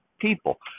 people